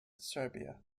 serbia